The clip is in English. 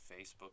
facebook